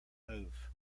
move